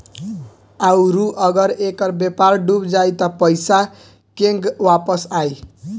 आउरु अगर ऐकर व्यापार डूब जाई त पइसा केंग वापस आई